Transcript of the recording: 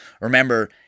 Remember